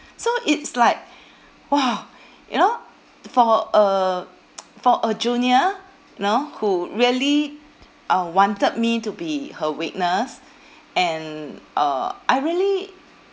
so it's like !wow! you know for a for a junior you know who really uh wanted me to be her witness and uh I really